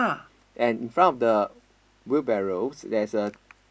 and in front of the wheelbarrows there is a